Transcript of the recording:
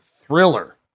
thriller